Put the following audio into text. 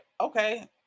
okay